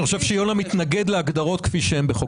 אני חושב שיונה מתנגד להגדרות כפי שהן בחוק השבות.